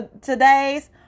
today's